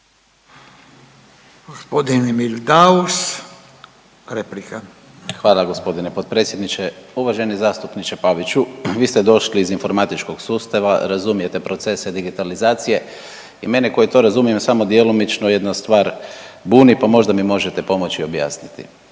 Hvala gospodine potpredsjedniče. Uvaženi zastupniče Paviću vi ste došli iz informatičkog sustava, razumijete procese digitalizacije. I mene koji to razumijem samo djelomično jedna stvar buni, pa možda mi možete pomoći objasniti.